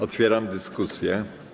Otwieram dyskusję.